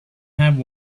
have